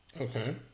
Okay